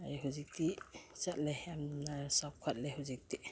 ꯑꯗꯩ ꯍꯧꯖꯤꯛꯇꯤ ꯆꯠꯂꯦ ꯌꯥꯝꯅ ꯆꯥꯎꯈꯠꯂꯦ ꯍꯧꯖꯤꯛꯇꯤ